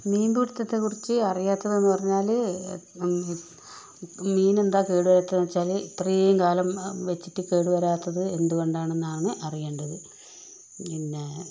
മീൻപിടുത്തത്തെകുറിച്ച് അറിയാത്തതെന്ന് പറഞ്ഞാൽ മീനെന്താണ് കേട് വരാത്തതെന്നെച്ചാൽ ഇത്രേം കാലം വെച്ചിട്ട് കേട് വരാത്തത് എന്തുകൊണ്ടാണെന്നാണ് അറിയേണ്ടത് പിന്നേ